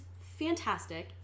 fantastic